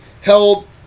held